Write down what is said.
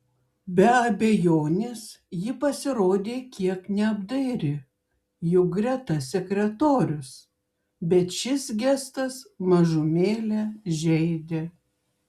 be abejonės ji pasirodė kiek neapdairi juk greta sekretorius bet šis gestas mažumėlę žeidė